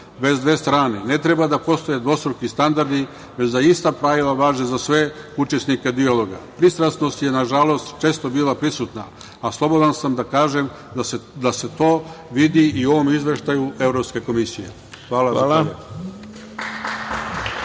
bez dve strane. Ne treba da postoje dvostruki standardi, već da ista pravila važe za sve učesnike dijaloga. Pristrasnost je nažalost često bila prisutna, a slobodan sam da kažem da se to vidi i u ovom izveštaju Evropske komisije. Hvala.